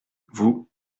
vous